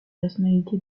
personnalité